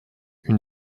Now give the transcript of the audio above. une